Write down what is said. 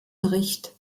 bericht